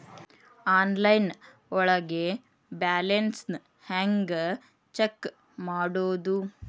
Online ಒಳಗೆ balance ಹ್ಯಾಂಗ check ಮಾಡೋದು?